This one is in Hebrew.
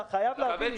אתה חייב להבין.